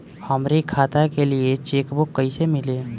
हमरी खाता के लिए चेकबुक कईसे मिली?